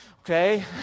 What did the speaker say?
Okay